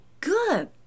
good